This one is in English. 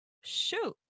shoot